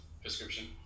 prescription